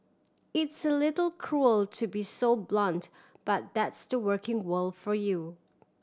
it's a little cruel to be so blunt but that's the working world for you